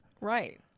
Right